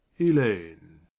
elaine